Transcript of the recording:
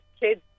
kids